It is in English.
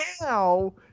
Now